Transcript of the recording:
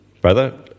Brother